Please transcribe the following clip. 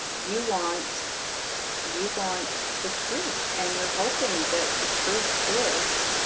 you want you want the truth and you're hoping that the truth is